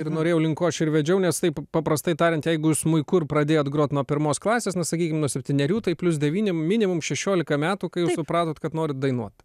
ir norėjau link ko aš ir vedžiau nes taip paprastai tariant jeigu jūs smuiku ir pradėjot grot nuo pirmos klasės sakykim nuo septynerių tai plius devyni minimum šešiolika metų kai jau supratot kad norit dainuot